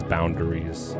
Boundaries